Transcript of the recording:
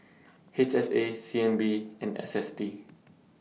H S A C N B and S S T